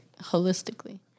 holistically